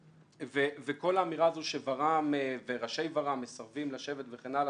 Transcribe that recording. כל האמירה הזו שור"מ וראשי ור"מ מסרבים לשבת וכן הלאה,